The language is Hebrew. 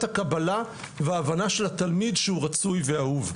הקבלה וההבנה של התלמיד שהוא רצוי ואהוב.